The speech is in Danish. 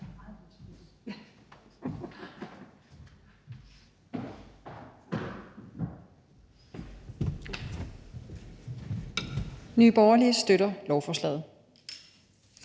Nye Borgerlige støtter lovforslaget.